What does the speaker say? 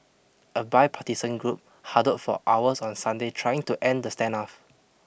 a bipartisan group huddled for hours on Sunday trying to end the standoff